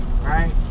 right